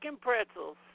pretzels